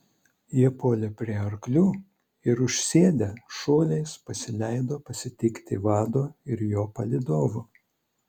jie puolė prie arklių ir užsėdę šuoliais pasileido pasitikti vado ir jo palydovų